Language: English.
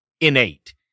innate